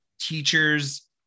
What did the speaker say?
teachers